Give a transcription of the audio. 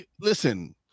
Listen